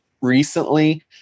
recently